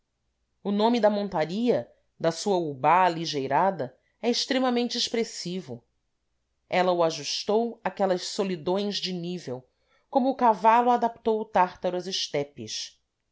o nome de montaria da sua ubá aligeirada é extremamente expressivo ela o ajustou àquelas solidões de nível como o cavalo adaptou o tártaro às estepes